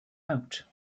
out